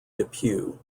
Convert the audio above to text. depew